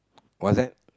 what's that